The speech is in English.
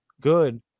good